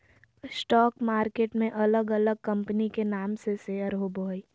stock market में अलग अलग कंपनी के नाम से शेयर होबो हइ